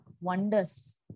wonders